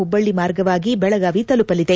ಹುಬ್ಬಳ್ಳಿ ಮಾರ್ಗವಾಗಿ ಬೆಳಗಾವಿ ತಲುಪಲಿದೆ